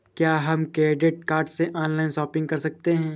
क्या हम credit card से ऑनलाइन शॉपिंग कर सकते हैं?